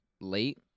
late